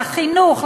לחינוך,